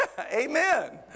Amen